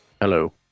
Hello